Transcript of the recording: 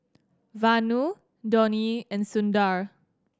Vanu Dhoni and Sundar